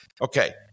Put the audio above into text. Okay